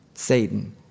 satan